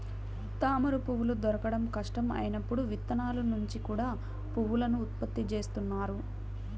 తామరపువ్వులు దొరకడం కష్టం అయినప్పుడు విత్తనాల నుంచి కూడా పువ్వులను ఉత్పత్తి చేస్తున్నారు